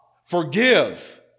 Forgive